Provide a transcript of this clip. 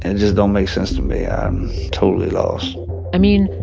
and just don't make sense to me. i'm totally lost i mean,